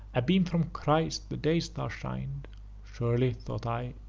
a beam from christ, the day-star, shin'd surely, thought i,